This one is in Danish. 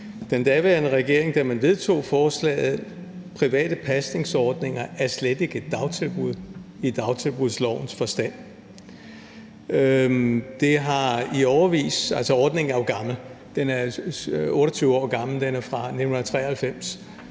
den daværende regering, da man vedtog forslaget. Private pasningsordninger er slet ikke dagtilbud i dagtilbudslovens forstand. Ordningen er jo gammel, den er 28 år gammel og er fra 1993.